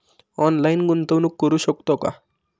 Online गुंतवणूक करू शकतो का?